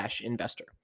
investor